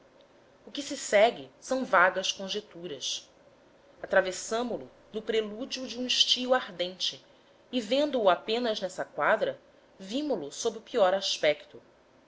o que se segue são vagas conjecturas atravessamo lo no prelúdio de um estio ardente e vendo-o apenas nessa quadra vimo lo sob o pior aspecto